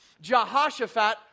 Jehoshaphat